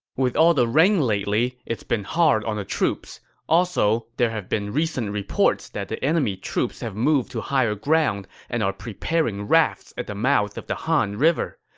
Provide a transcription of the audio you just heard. with all the rain lately, it's been hard on the troops. also, there have been recent reports that the enemy troops have moved to higher ground and are preparing rafts at the mouth of the han river.